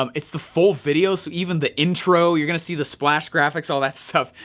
um it's the full video so even the intro, you're gonna see the splash graphics all that stuff,